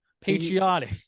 Patriotic